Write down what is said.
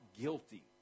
guilty